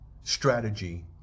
strategy